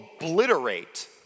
obliterate